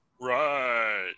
right